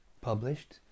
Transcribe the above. published